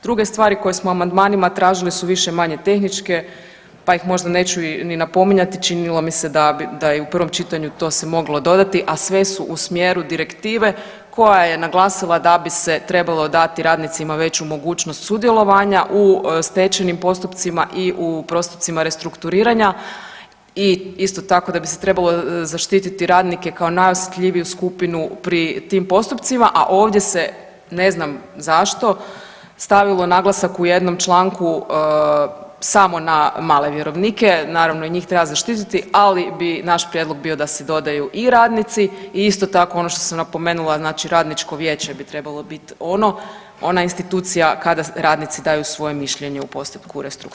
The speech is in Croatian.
Druge stvari koje smo amandmanima tražili su više-manje tehničke, pa ih možda neću ni napominjati, činilo mi se da je u prvom čitanju to se moglo dodati, a sve su u smjeru direktive koja je naglasila da bi se trebalo dati radnicima veću mogućnost sudjelovanja u stečajnim postupcima i u postupcima restrukturiranja i isto tako da bi se trebalo zaštiti radnike kao najosjetljiviju skupinu pri tim postupcima, a ovdje se ne znam zašto stavilo naglasak u jednom članku samo na male vjerovnike, naravno i njih treba zaštititi, ali bi naš prijedlog bio da se dodaju i radnici i isto tako ono što sam napomenula znači radničko vijeće bi trebalo bit ono, ona institucija kada radnici daju svoje mišljenje u postupku restrukturiranja.